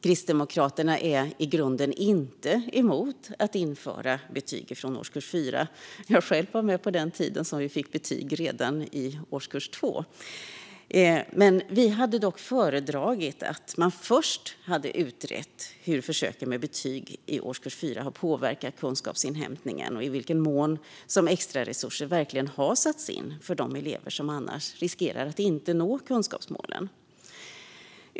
Kristdemokraterna är i grunden inte emot att införa betyg från årskurs 4 - jag själv var med på den tiden då vi fick betyg redan i årskurs 2. Vi hade dock föredragit att man först hade utrett hur försöken med betyg i årskurs 4 har påverkat kunskapsinhämtningen och i vilken mån extra resurser verkligen har satts in för de elever som annars riskerar att inte nå kunskapsmålen.